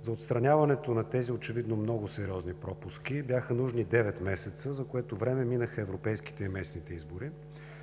За отстраняването на тези очевидно много сериозни пропуска бяха нужни 9 месеца, за което време минаха европейските и местните избори.